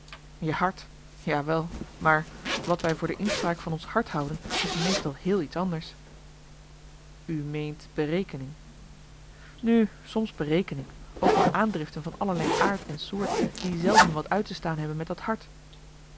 je hart ja wel maar wat wij voor de inspraak van ons hart houden is meestal heel iets anders u meent berekening nu soms berekening ook wel aandriften van allerlei aard en soort die zelden wat uit te staan hebben met dat hart